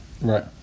Right